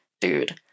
dude